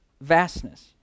vastness